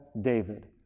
David